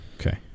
Okay